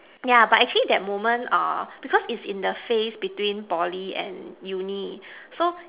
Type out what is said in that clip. yeah but actually that moment err because it's in the phase between Poly and uni so